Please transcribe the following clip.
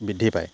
বৃদ্ধি পায়